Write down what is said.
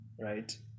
right